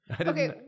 Okay